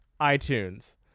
iTunes